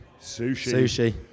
Sushi